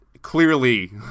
clearly